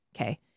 Okay